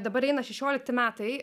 dabar eina šešiolikti metai